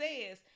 says